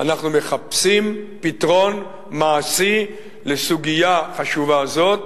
אנחנו מחפשים פתרון מעשי לסוגיה חשובה זו.